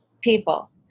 people